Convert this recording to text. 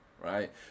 Right